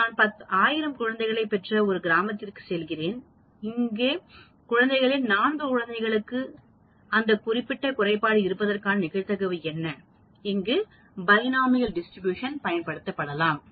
மற்றும் நான் 1000 குழந்தைகளைப் பெற்ற ஒரு கிராமத்திற்குச் செல்கிறேன் இந்த குழந்தைகளில் 4 குழந்தைகளுக்கு அந்த குறிப்பிட்ட குறைபாடு இருப்பதற்கான நிகழ்தகவு என்ன அங்கு நாம் பைனோமியல் டிஸ்ட்ரிபியூஷன் பயன்படுத்தலாம்